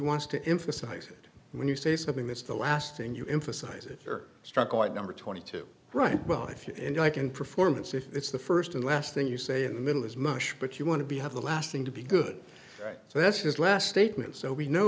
wants to emphasize that when you say something that's the last thing you emphasize it struck at number twenty two right well if you and i can performance if it's the first and last thing you say in the middle is mush but you want to be have the last thing to be good right so that's his last statement so we know